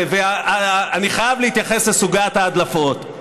אני חייב להתייחס לסוגיית ההדלפות.